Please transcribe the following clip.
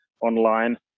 online